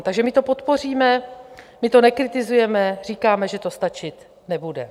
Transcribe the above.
Takže my to podpoříme, my to nekritizujeme, říkáme, že to stačit nebude.